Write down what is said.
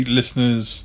listeners